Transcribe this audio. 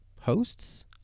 hosts